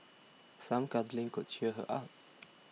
some cuddling could cheer her up